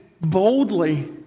boldly